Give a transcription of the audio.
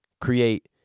create